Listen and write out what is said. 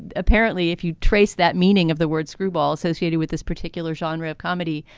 apparently, if you trace that meaning of the word screwball associated with this particular genre of comedy,